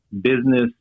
business